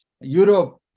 Europe